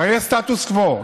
הרי יש סטטוס קוו.